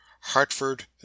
Hartford